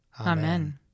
Amen